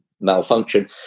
malfunction